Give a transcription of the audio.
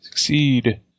Succeed